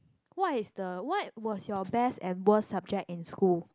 what is the what was your best and worst subject in school